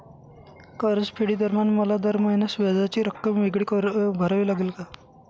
कर्जफेडीदरम्यान मला दर महिन्यास व्याजाची रक्कम वेगळी भरावी लागेल का?